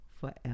forever